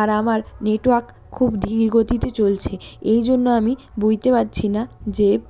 আর আমার নেটওয়ার্ক খুব ধীর গতিতে চলছে এই জন্য আমি বুঝতে পারছি না যে